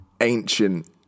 ancient